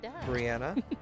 Brianna